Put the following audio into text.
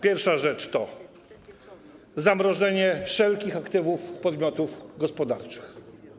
Pierwsza rzecz to zamrożenie wszelkich aktywów podmiotów gospodarczych.